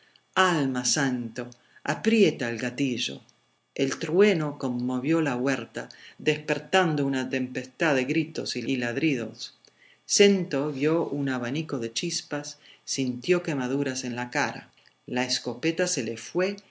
alma snto aprieta el gatillo el trueno conmovió toda la huerta despertando una tempestad de gritos y ladridos snto vio un abanico de chispas sintió quemaduras en la cara la escopeta se le fue